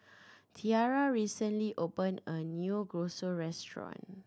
Tiarra recently opened a new restaurant